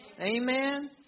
Amen